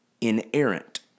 inerrant